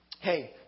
Hey